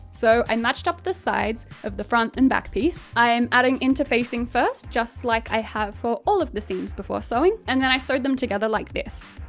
so, i matched up the sides, of the front and back piece i'm adding interfacing first, just like i have for all the seams before sewing and then i sewed them together like this.